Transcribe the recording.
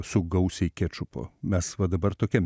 su gausiai kečupo mes va dabar tokiam